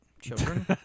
Children